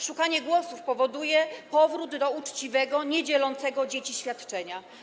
Szukanie głosów powoduje powrót do uczciwego, niedzielącego dzieci świadczenia.